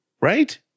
Right